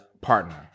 partner